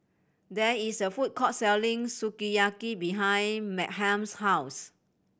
there is a food court selling Sukiyaki behind Meghann's house